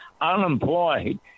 unemployed